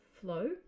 flow